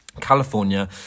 California